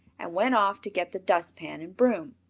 and went off to get the dust-pan and broom.